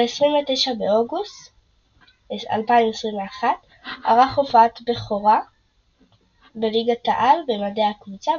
ב-29 באוגוסט 2021 ערך הופעת בכורה בליגת העל במדי הקבוצה,